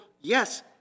yes